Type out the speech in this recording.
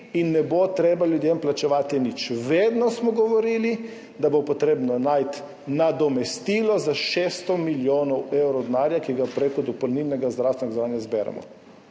in ne bo treba ljudem plačevati nič. Vedno smo govorili, da bo potrebno najti nadomestilo za 600 milijonov evrov denarja, ki ga prek dopolnilnega zdravstvenega zavarovanja zberemo.